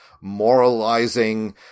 moralizing